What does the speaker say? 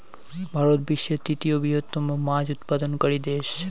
ভারত বিশ্বের তৃতীয় বৃহত্তম মাছ উৎপাদনকারী দেশ